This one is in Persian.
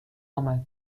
آمد